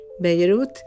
Beirut